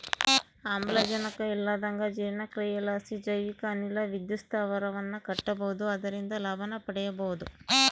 ಆಮ್ಲಜನಕ ಇಲ್ಲಂದಗ ಜೀರ್ಣಕ್ರಿಯಿಲಾಸಿ ಜೈವಿಕ ಅನಿಲ ವಿದ್ಯುತ್ ಸ್ಥಾವರವನ್ನ ಕಟ್ಟಬೊದು ಅದರಿಂದ ಲಾಭನ ಮಾಡಬೊಹುದು